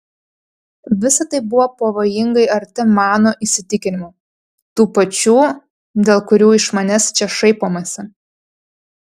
visa tai buvo pavojingai arti mano įsitikinimų tų pačių dėl kurių iš manęs čia šaipomasi